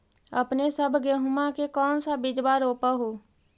अपने सब गेहुमा के कौन सा बिजबा रोप हू?